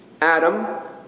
Adam